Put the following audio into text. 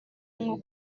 nko